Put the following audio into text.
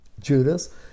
Judas